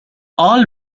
all